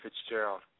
Fitzgerald